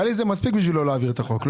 לי שזה מספיק בשביל לא להעביר את החוק,